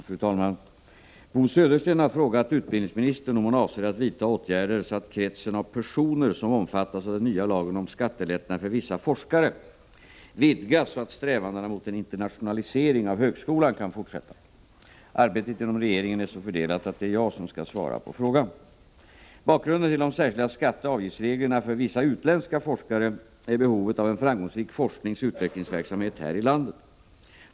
Fru talman! Bo Södersten har frågat utbildningsministern om hon avser att vidta åtgärder, så att kretsen av personer som omfattas av den nya lagen om skattelättnad för vissa forskare vidgas, så att strävandena mot en internationalisering av högskolan kan fortsätta. Arbetet inom regeringen är så fördelat att det är jag som skall svara på frågan. Bakgrunden till de särskilda skatteoch avgiftsreglerna för vissa utländska forskare är behovet av en framgångsrik forskningsoch utvecklingsverksamhet här i landet.